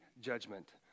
judgment